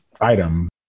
item